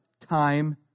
time